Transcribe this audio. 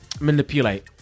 manipulate